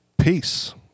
Peace